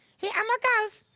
here elmo goes.